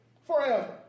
forever